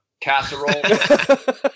casserole